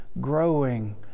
growing